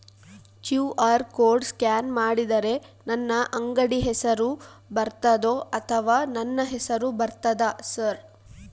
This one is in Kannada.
ಕ್ಯೂ.ಆರ್ ಕೋಡ್ ಸ್ಕ್ಯಾನ್ ಮಾಡಿದರೆ ನನ್ನ ಅಂಗಡಿ ಹೆಸರು ಬರ್ತದೋ ಅಥವಾ ನನ್ನ ಹೆಸರು ಬರ್ತದ ಸರ್?